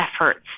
efforts